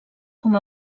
com